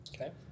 Okay